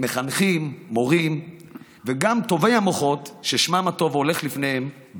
אלה סכומים שאם הייתם מדברים לפני המשבר